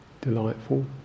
delightful